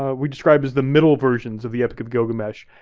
ah we described as the middle versions of the epic of gilgamesh.